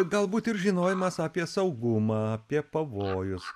galbūt ir žinojimas apie saugumą apie pavojus